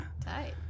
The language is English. Tight